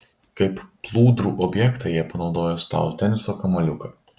kaip plūdrų objektą jie panaudojo stalo teniso kamuoliuką